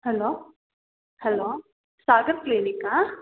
hello hello Sagar ಕ್ಲಿನಿಕಾ